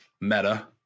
Meta